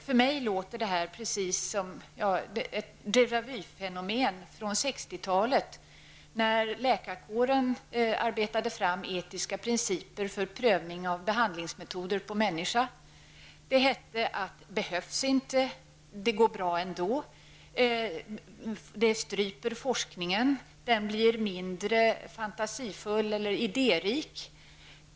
För mig låter detta precis som ett deja vu-fenomen från 60-talet, när läkarkåren arbetade fram etiska principer för prövning av behandlingsmetoder på människa. Det hette: Behövs inte, det går bra ändå, det stryper forskningen, som blir mindre idérik.